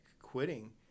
quitting